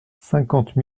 cinquante